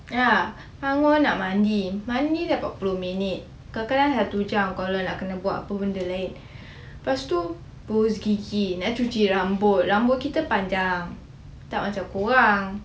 ya bangun nak mandi mandi dah empat puluh minit kadang-kadang satu jam kalau nak kena buat apa benda lain lepas tu berus gigi nak cuci rambut rambut kita panjang tak macam korang